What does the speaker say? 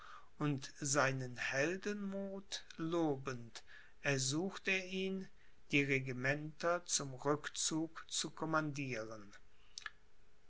und seinen heldenmuth lobend ersucht er ihn die regimenter zum rückzug zu commandieren